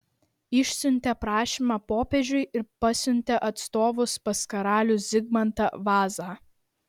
išsiuntė prašymą popiežiui ir pasiuntė atstovus pas karalių zigmantą vazą